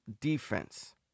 defense